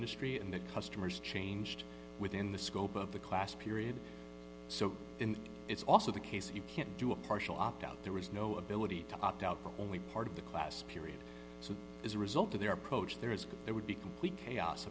industry and the customers changed within the scope of the class period so it's also the case if you can't do a partial opt out there is no ability to opt out for only part of the class period so as a result of their approach there is there would be complete chaos